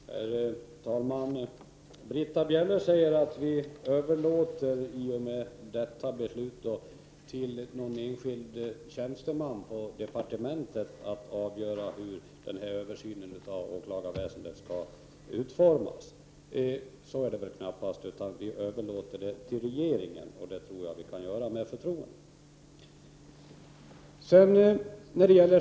Herr talman! Britta Bjelle säger att vi i och med detta beslut överlåter åt en enskild tjänsteman på departementet att avgöra hur denna översyn av åklagarväsendet skall utformas. Så är det väl knappast. Vi överlåter detta åt regeringen, och det tror jag att vi kan göra med förtroende.